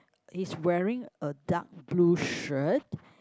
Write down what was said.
he's wearing a dark blue shirt